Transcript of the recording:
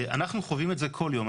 אנחנו חווים את זה כל יום.